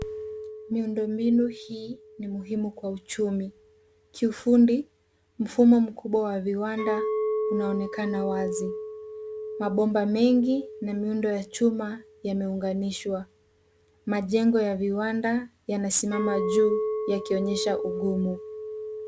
Miundombinu hii ni muhimu kwa uchumi kiufundi, mfumo mkubwa wa viwanda unaonekana wazi, mabomba mengi na miundo ya chuma yameunganishwa, majengo ya viwanda yanasimama juu yakionisha ugumu.